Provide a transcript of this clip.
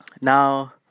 Now